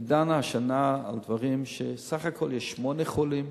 דנה השנה בדברים שבסך הכול יש בהם שמונה חולים,